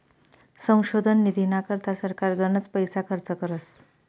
संशोधन निधीना करता सरकार गनच पैसा खर्च करस